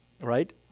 right